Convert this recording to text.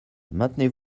maintenez